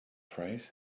phrase